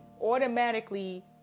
automatically